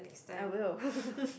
I will